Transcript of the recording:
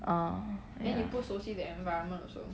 !huh!